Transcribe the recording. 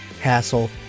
hassle